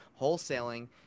wholesaling